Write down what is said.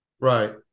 right